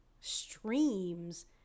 streams